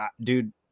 dude